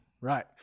Right